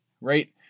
right